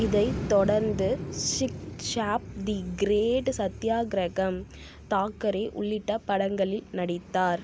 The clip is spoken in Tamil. இதைத் தொடர்ந்து சிங் சாப் தி கிரேட் சத்தியாகிரகம் தாக்கரே உள்ளிட்ட படங்களில் நடித்தார்